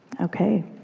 Okay